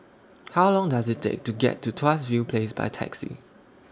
How Long Does IT Take to get to Tuas View Place By Taxi